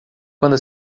quando